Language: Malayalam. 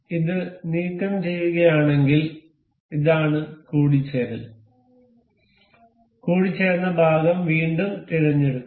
ഇത് നീക്കംചെയ്യുകയാണെങ്കിൽ ഇതാണ് കൂടിച്ചേരൽ കൂടിച്ചേർന്ന ഭാഗം വീണ്ടും തിരഞ്ഞെടുക്കും